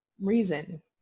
reason